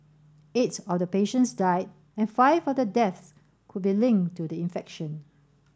eight of the patients died and five of the deaths could be linked to the infection